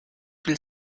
viel